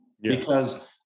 because-